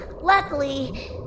Luckily